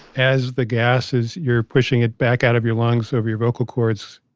as the gasses, you're pushing it back out of your lungs over your vocal cords,